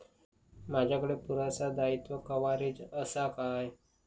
माजाकडे पुरासा दाईत्वा कव्हारेज असा काय?